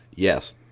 Yes